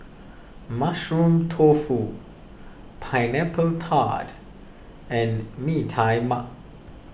Mushroom Tofu Pineapple Tart and Mee Tai Mak